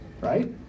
right